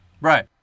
Right